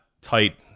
tight